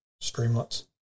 streamlets